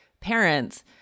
parents